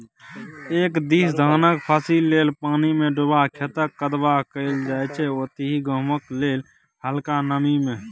एक दिस धानक फसिल लेल पानिमे डुबा खेतक कदबा कएल जाइ छै ओतहि गहुँमक लेल हलका नमी मे